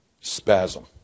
spasm